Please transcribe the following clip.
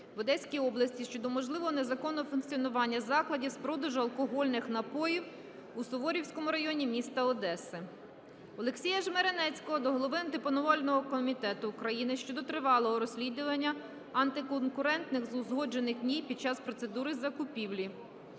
в Одеській області щодо можливого незаконного функціонування закладів з продажу алкогольних напоїв у Суворівському районі міста Одеси. Олексія Жмеренецького до голови Антимонопольного комітету України щодо тривалого розслідування антиконкурентних узгоджених дій під час процедури закупівлі.